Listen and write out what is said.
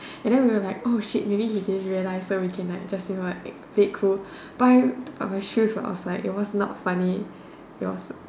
and then we were like oh shit maybe he didn't realise so we can like just you know like act play it cool but then my shoes were outside so it was like not funny it was